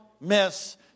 miss